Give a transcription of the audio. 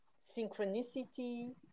synchronicity